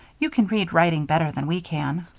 you can read writing better than we can.